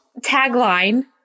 tagline